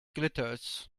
glitters